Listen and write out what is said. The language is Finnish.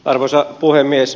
arvoisa puhemies